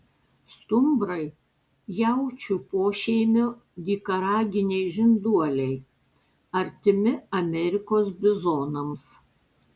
stumbrai jaučių pošeimio dykaraginiai žinduoliai artimi amerikos bizonams